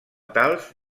tals